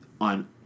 on